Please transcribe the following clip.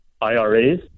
IRAs